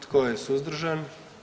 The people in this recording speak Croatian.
Tko je suzdržan?